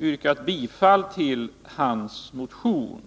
yrkat bifall till hans motion.